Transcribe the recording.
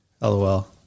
LOL